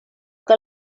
que